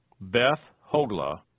Beth-Hogla